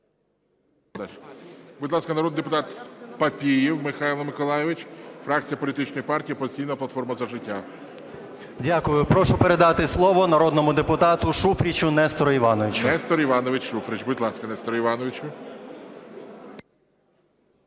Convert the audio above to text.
Дякую. Прошу передати слово народному депутату Шуфричу Нестору Івановичу.